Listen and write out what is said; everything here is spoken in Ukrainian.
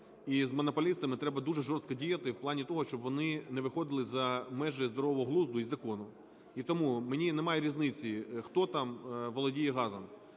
і з монополістами треба дуже жорстко діяти в плані того, щоб вони не виходили за межі здорового глузду і закону. І тому мені немає різниці, хто там володіє газом.